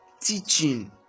teaching